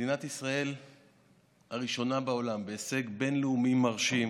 מדינת ישראל הראשונה בעולם בהישג בין-לאומי מרשים,